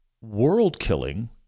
world-killing